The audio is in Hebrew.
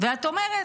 ואת אומרת: